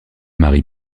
maria